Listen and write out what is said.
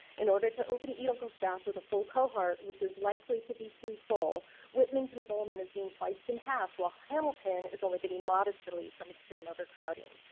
in order to open eagle staff with a full cohort which is likely to be too full whitman's enrollment is being sliced in half while hamilton is only getting modest relief from extreme overcrowding.